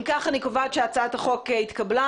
נמנעים אין הצעת חוק התכנון